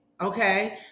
okay